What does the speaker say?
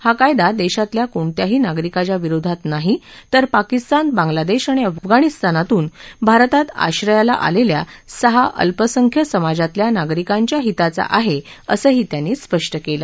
हा कायदा देशातल्या कोणत्याही नागरिकाच्या विरोधात नाही तर पाकिस्तान बांग्लादेश आणि अफगाणिस्तानातून भारतात आश्रयाला आलेल्या सहा अल्पसंख्य समाजातल्या नागरिकांच्या हिताचा आहे असंही त्यांनी स्पष्ट केलं